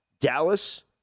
Dallas